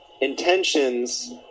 intentions